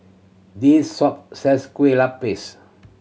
this shop sells kue lupis